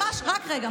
רק רגע.